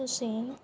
ਤੁਸੀਂ